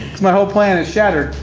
my whole plan is shattered.